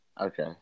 Okay